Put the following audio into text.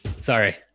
sorry